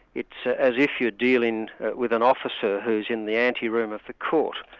it's as if you're dealing with an officer who's in the anteroom of the court,